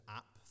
app